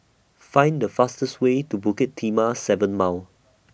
Find The fastest Way to Bukit Timah seven Mile